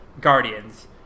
guardians